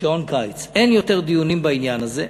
שעון קיץ, אין יותר דיונים בעניין הזה.